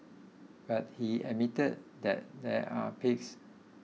but he admitted that there are perks